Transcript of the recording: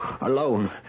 alone